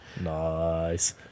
Nice